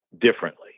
differently